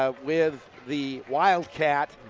ah with the wildcat.